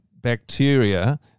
bacteria